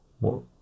more